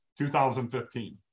2015